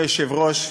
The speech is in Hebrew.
אדוני היושב-ראש,